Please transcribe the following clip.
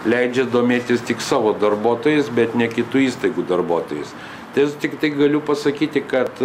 leidžia domėtis tik savo darbuotojais bet ne kitų įstaigų darbuotojais tai aš tiktai galiu pasakyti kad